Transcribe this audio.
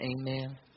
Amen